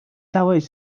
dałeś